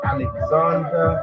Alexander